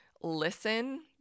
listen